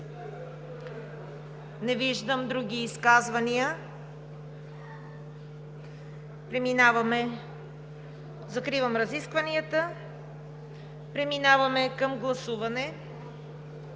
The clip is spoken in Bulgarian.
Не виждам други изказвания. Закривам разискванията. Преминаваме към гласуване.